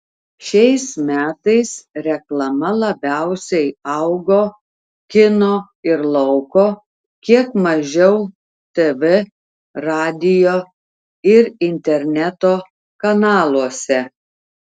šiais metais reklama labiausiai augo kino ir lauko kiek mažiau tv radijo ir interneto kanaluose